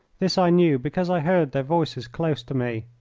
this i knew, because i heard their voices close to me.